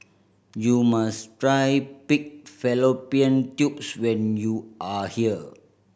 you must try pig fallopian tubes when you are here